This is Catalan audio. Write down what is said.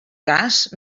cas